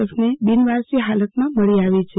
એફને બિનવારસી હાલમાં મળી આવી છે